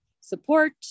support